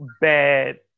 bad